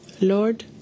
Lord